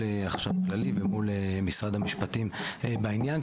החשב הכללי ומול משרד המשפטים בעניין.